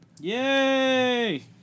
Yay